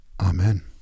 Amen